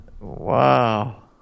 Wow